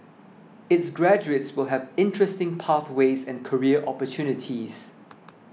its graduates will have interesting pathways and career opportunities